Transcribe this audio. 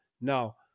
Now